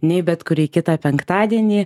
nei bet kurį kitą penktadienį